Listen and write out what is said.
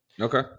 Okay